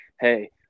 hey